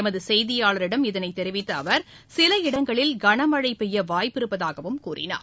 எமது செய்தியாளரிடம் இதனைத் தெரிவித்த அவர் சில இடங்களில் கனமழை பெய்ய வாய்ப்பு இருப்பதாகவும் கூறினார்